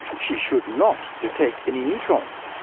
she should not detect any neutron. so